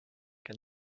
can